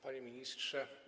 Panie Ministrze!